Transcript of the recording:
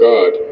God